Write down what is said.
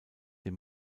dem